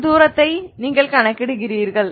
இந்த தூரத்தை நீங்கள் கணக்கிடுகிறீர்கள்